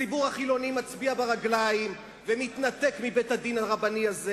הציבור החילוני מצביע ברגליים ומתנתק מבית-הדין הרבני הזה,